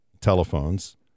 Telephones